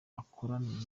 akorana